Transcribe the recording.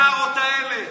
החארות האלה.